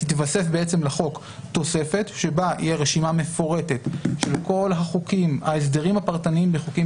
תתווסף לחוק תוספת שבה תהיה רשימה מפורטת של כל ההסדרים הפרטניים בחוקים